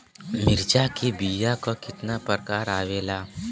मिर्चा के बीया क कितना प्रकार आवेला?